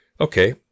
Okay